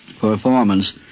performance